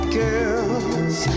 girls